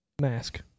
Mask